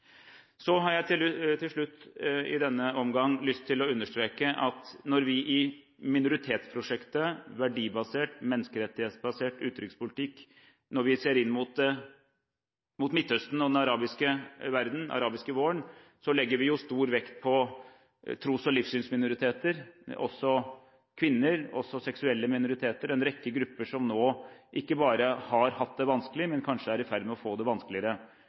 har til slutt i denne omgang lyst til å understreke at når vi i minoritetsprosjektet om verdibasert og menneskerettighetsbasert utenrikspolitikk ser mot Midtøsten og den arabiske verden, og den arabiske våren, legger vi stor vekt på tros- og livssynsminoriteter – også kvinner og seksuelle minoriteter – og en rekke grupper som nå ikke bare har hatt det vanskelig, men som kanskje er i ferd med å få det vanskeligere.